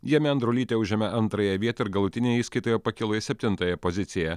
jame andrulytė užėmė antrąją vietą ir galutinėje įskaitoje pakilo į septintąją poziciją